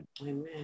Amen